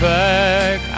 back